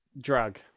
Drug